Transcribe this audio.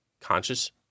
conscious –